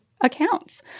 accounts